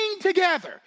together